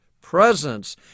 presence